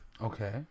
Okay